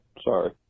Sorry